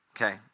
Okay